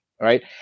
right